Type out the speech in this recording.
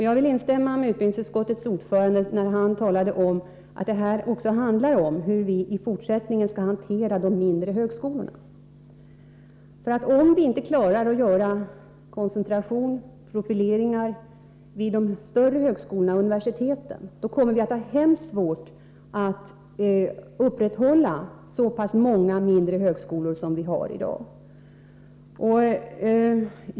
Jag instämmer med utbildningsutskottets ordförande, när han sade att det också handlar om hur vi i fortsättningen skall hantera de mindre högskolorna. Om vi inte klarar av att åstadkomma koncentration och profilering vid de större högskolorna och universiteten, kommer vi att ha mycket svårt att upprätthålla så många mindre högskolor som vi i dag har.